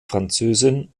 französin